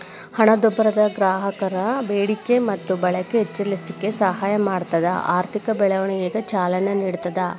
ಹಣದುಬ್ಬರ ಗ್ರಾಹಕರ ಬೇಡಿಕೆ ಮತ್ತ ಬಳಕೆ ಹೆಚ್ಚಿಸಲಿಕ್ಕೆ ಸಹಾಯ ಮಾಡ್ತದ ಆರ್ಥಿಕ ಬೆಳವಣಿಗೆಗ ಚಾಲನೆ ನೇಡ್ತದ